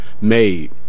made